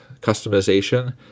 customization